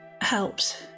helps